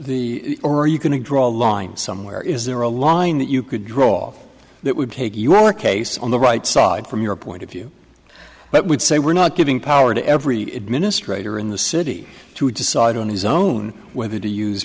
to draw a line somewhere is there a line that you could draw that would take your case on the right side from your point of view but would say we're not giving power to every administrator in the city to decide on his own whether to use